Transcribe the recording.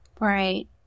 Right